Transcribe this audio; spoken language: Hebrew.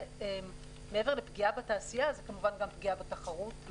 מעבר לפגיעה בתעשייה, זו כמובן גם פגיעה בתחרות.